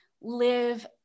live